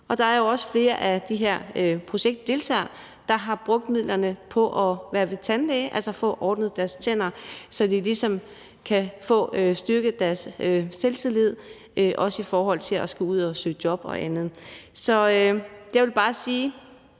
Og der er også flere af de her projektdeltagere, der har brugt midlerne på at være ved tandlægen, altså fået ordnet deres tænder, så de ligesom kunne få styrket deres selvtillid, også i forhold til at skulle ud at søge job og andet. Så jeg vil bare sige,